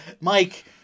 Mike